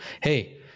hey